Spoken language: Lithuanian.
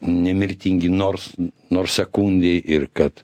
nemirtingi nors nors sekundei ir kad